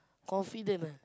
confident ah